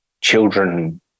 children